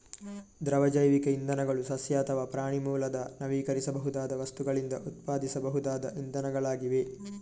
ದ್ರವ ಜೈವಿಕ ಇಂಧನಗಳು ಸಸ್ಯ ಅಥವಾ ಪ್ರಾಣಿ ಮೂಲದ ನವೀಕರಿಸಬಹುದಾದ ವಸ್ತುಗಳಿಂದ ಉತ್ಪಾದಿಸಬಹುದಾದ ಇಂಧನಗಳಾಗಿವೆ